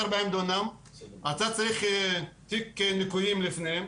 אתה צריך תיק ניכויים לפני,